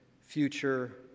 future